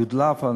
יודלפו,